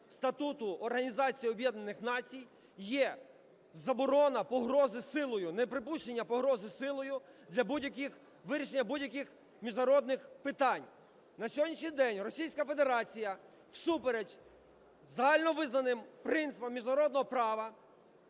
Націй, є заборона погрози силою, неприпущення погрози силою для будь-яких, вирішення будь-яких міжнародних питань. На сьогоднішній день Російська Федерація всупереч загальновизнаним принципам міжнародного права